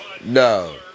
No